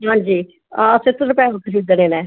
आं जी छे सौ रपे दा खरीदना ऐ लैना ऐ